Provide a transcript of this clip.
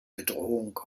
bedrohung